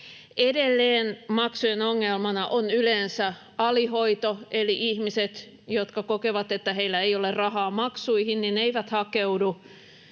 Edelleen maksujen ongelmana on yleensä alihoito eli ihmiset, jotka kokevat, että heillä ei ole rahaa maksuihin, eivät hakeudu